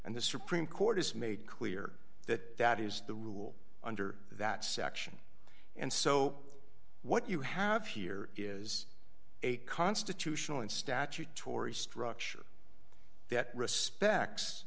and the supreme court has made clear that that is the rule under that section and so what you have here is a constitutional and statutory structure that respects